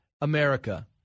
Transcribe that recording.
America